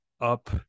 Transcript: up